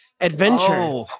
Adventure